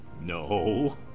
No